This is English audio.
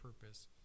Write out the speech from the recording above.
purpose